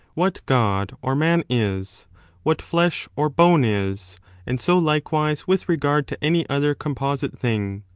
what god or man is what flesh or bone is and so likewise with regard to any other composite thing.